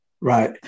Right